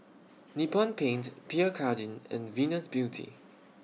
Nippon Paint Pierre Cardin and Venus Beauty